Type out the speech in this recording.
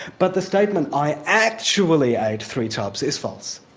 but the statement i actually ate three tubs is false,